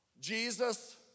Jesus